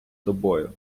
тобою